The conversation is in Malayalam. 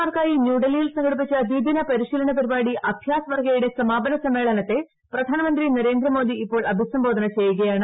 മാർക്കായി ന്യൂഡൽഹിയിൽ സംഘടിപ്പിച്ച ദ്വിദിന പരിശീ ലന പരിപാടി അഭ്യാസ് വർഗ്ഗയുടെ സമാപന സമ്മേളനത്തെ പ്രധാനമന്ത്രി നരേന്ദ്രമോദി ഇപ്പോൾ അഭിസംബോധന ചെയ്യുകയാണ്